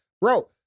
Bro